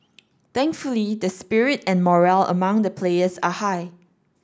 thankfully the spirit and morale among the players are high